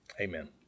Amen